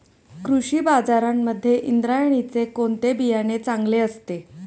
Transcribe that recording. कृषी बाजारांमध्ये इंद्रायणीचे कोणते बियाणे चांगले असते?